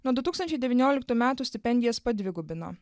nuo du tūkstančiai devynioliktų metų stipendijas padvigubino